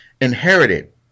inherited